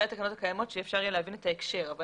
התקנות הקיימות כדי שיהיה אפשר להבין את ההקשר.